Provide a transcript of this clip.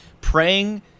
praying